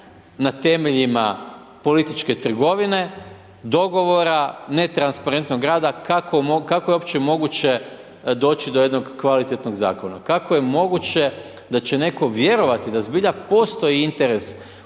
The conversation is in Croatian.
na temeljima političke trgovine, dogovora, netransparentnog rada kako je uopće moguće doći do jednog kvalitetnog zakona. Kako je moguće da će netko vjerovati da zbilja postoji interes